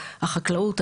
החקלאות,